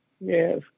Yes